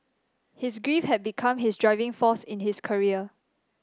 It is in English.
his grief had become his driving force in his career